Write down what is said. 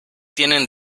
tienen